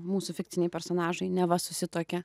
mūsų fikciniai personažai neva susituokė